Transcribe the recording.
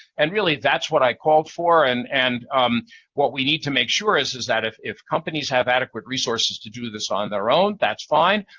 and really, that's what i called for. and and what we need to make sure is is that if if companies have adequate resources to do this on their own, that's fine,